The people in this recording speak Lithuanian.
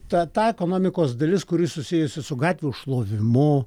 ta ta ekonomikos dalis kuri susijusi su gatvių šlovinimu